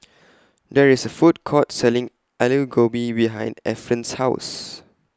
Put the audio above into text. There IS A Food Court Selling Alu Gobi behind Efren's House